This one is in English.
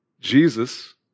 Jesus